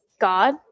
God